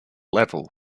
level